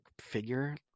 figure